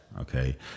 okay